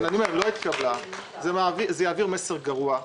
זה יעביר מסר גרוע.